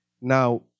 Now